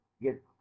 get